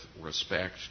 respect